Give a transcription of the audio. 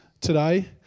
today